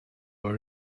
were